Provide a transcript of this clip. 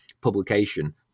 publication